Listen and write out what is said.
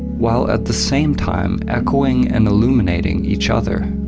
while at the same time echoing and illuminating each other.